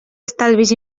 estalvis